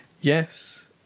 yes